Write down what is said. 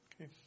Okay